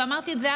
ואמרתי את זה,